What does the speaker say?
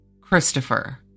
Christopher